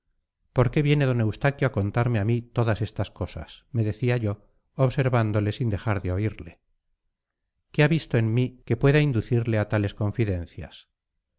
por qué viene d eustaquio a contarme a mí todas estas cosas me decía yo observándole sin dejar de oírle qué ha visto en mí que pueda inducirle a tales confidencias